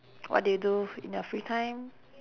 what do you do in your free time